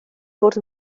fod